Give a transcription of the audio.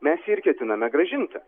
mes jį ir ketiname grąžinti